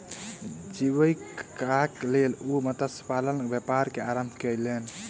जीवीकाक लेल ओ मत्स्य पालनक व्यापार के आरम्भ केलैन